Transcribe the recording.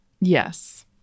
yes